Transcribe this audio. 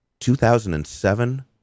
2007